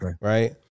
right